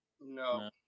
No